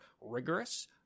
rigorous